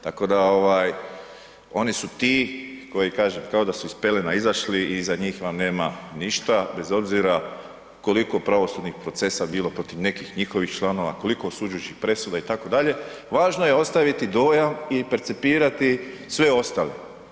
Tako da oni su ti koji kažem, kao da su iz pelena izašli i iza njih vam nema ništa bez obzira koliko pravosudnih procesa bilo protiv nekih njihovih članova, koliko osuđujućih presuda itd., važno je ostaviti dojam i percipirati sve ostale.